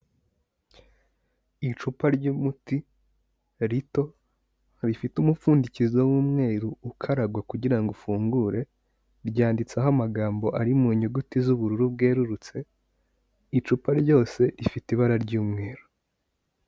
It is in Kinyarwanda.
Icupa ry'umuti rito, rifite umupfundikizo w'umweru ukaragwa kugirango ufungure, ryanditseho amagambo ari mu nyuguti z'ubururu bwerurutse, icupa ryose rifite ibara ry'umweru.